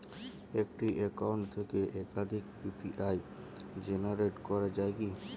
একটি অ্যাকাউন্ট থেকে একাধিক ইউ.পি.আই জেনারেট করা যায় কি?